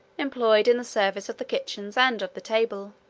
employed in the service of the kitchens, and of the table.